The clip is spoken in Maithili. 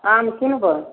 आम किनबै